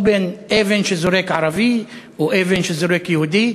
או בין אבן שזורק ערבי לאבן שזורק יהודי?